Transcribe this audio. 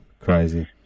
crazy